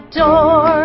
door